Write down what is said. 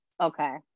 Okay